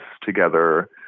together